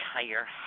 entire